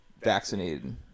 vaccinated